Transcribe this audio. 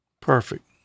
Perfect